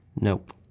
Nope